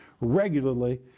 regularly